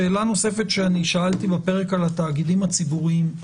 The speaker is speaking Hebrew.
שאלה נוספת ששאלתי בפרק על התאגידים הציבוריים,